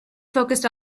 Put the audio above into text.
focused